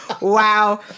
Wow